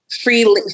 free